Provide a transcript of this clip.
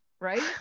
right